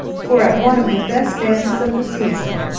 for at one of the best dances of the season,